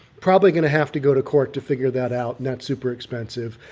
probably going to have to go to court to figure that out not super expensive.